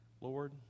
Lord